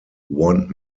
want